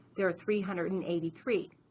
there are three hundred and eighty three,